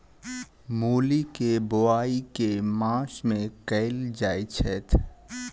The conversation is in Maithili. मूली केँ बोआई केँ मास मे कैल जाएँ छैय?